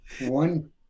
one